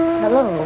hello